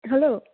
hello